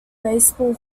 baseball